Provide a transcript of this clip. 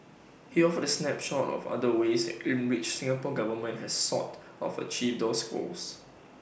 he offered the snapshot of other ways in which the Singapore Government has sought of achieve those goals